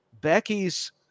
Becky's